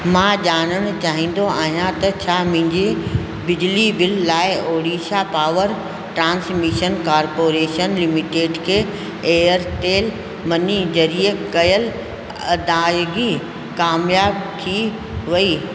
मां ॼाणणु चाहींदो आहियां त छा मुंहिंजे बिजली बिल लाइ Odisha Power Transmission Corporation Limited खे एयरटेल मनी ज़रिए कयल अदायगी क़ामयाब थी वई